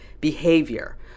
behavior